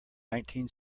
nineteen